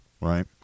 right